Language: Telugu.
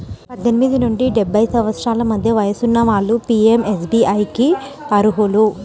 పద్దెనిమిది నుండి డెబ్బై సంవత్సరాల మధ్య వయసున్న వాళ్ళు పీయంఎస్బీఐకి అర్హులు